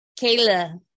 Kayla